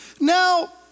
Now